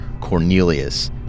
Cornelius